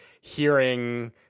hearing